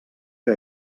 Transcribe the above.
que